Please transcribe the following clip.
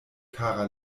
kara